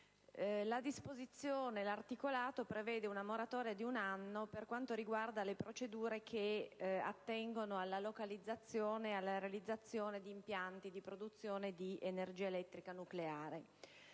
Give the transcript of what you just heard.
sul nucleare. L'articolo 5 prevede una moratoria di un anno per quanto riguarda le procedure che attengono alla localizzazione e alla realizzazione di impianti di produzione di energia elettrica nucleare.